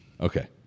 Okay